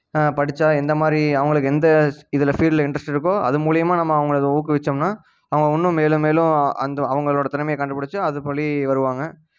படித்தா எந்தமாதிரி அவங்களுக்கு எந்த இதில் ஃபீல்டில் இன்ட்ரெஸ்ட் இருக்கோ அது மூலிமா நம்ம அவர்களுக்கு ஊக்குவித்தோம்னா அவங்க இன்னும் மேலும் மேலும் அந்த அவங்களோட திறமையை கண்டுபிடிச்சி அது படி வருவாங்க